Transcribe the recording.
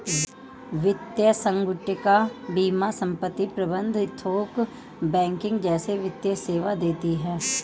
वित्तीय संगुटिका बीमा संपत्ति प्रबंध थोक बैंकिंग जैसे वित्तीय सेवा देती हैं